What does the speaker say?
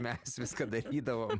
mes viską darydavom